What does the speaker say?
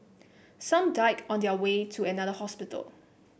some died on their way to another hospital